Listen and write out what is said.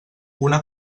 una